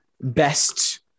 best